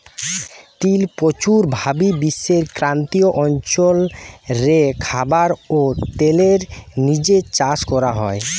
তিল প্রচুর ভাবি বিশ্বের ক্রান্তীয় অঞ্চল রে খাবার ও তেলের জিনে চাষ করা হয়